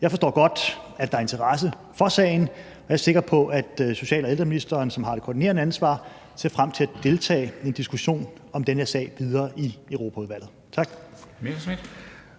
Jeg forstår godt, at der er interesse for sagen, og jeg er sikker på, at social- og ældreministeren, som har det koordinerende ansvar, ser frem til at deltage i en diskussion om den her sag videre i Europaudvalget. Tak.